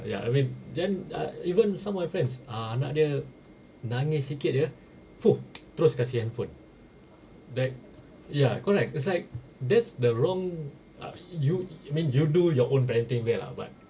ya I mean then I even some of my friends ah anak dia nangis sikit aja !fuh! terus kasi handphone like ya correct it's like that's the wrong uh you I mean you do your own parenting way lah but